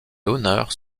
honneurs